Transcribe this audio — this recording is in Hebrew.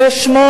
זה לא,